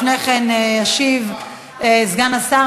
לפני כן ישיב סגן השר.